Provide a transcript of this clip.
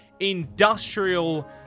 industrial